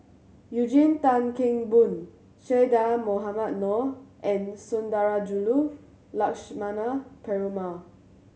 Eugene Tan Kheng Boon Che Dah Mohamed Noor and Sundarajulu Lakshmana Perumal